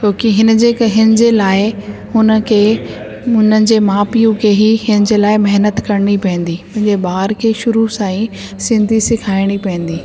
छोकि हिनजे हिन जे लाइ हुनखे उन्हनि जे माउ पीउ खे ई हिन जे लाइ महिनत करिणी पवंदी पंहिंजे ॿार खे शुरू सां ई सिंधी सिखाइणी पवंदी